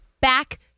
back